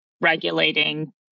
regulating